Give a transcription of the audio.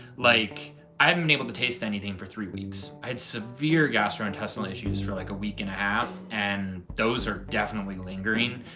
like i haven't been able to taste anything for three weeks. i had severe gastrointestinal issues for like a week and a half and those are definitely lingering.